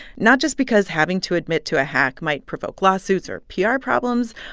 not just because having to admit to a hack might provoke lawsuits or pr problems.